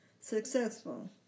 successful